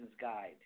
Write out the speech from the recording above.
Guide